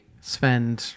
Sven